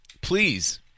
please